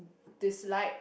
dislike